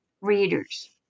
readers